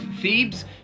Thebes